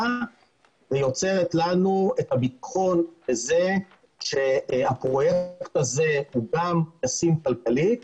ויוצרת לנו את זה הפרויקט הזה הוא גם ישים כלכלית.